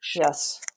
Yes